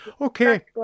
Okay